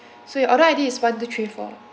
so your order I_D is one two three four